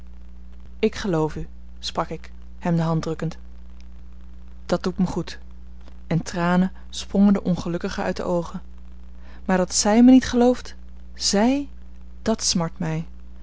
ik geloof u sprak ik hem de hand drukkend dat doet mij goed en tranen sprongen den ongelukkige uit de oogen maar dat zij mij niet gelooft zij dat smart mij